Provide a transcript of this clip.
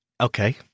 Okay